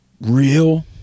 real